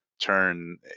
turn